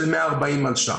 של 140 מיליון שקלים.